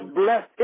bless